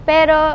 Pero